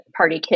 PartyKit